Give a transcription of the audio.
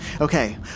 Okay